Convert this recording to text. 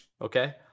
okay